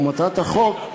ומטרת החוק,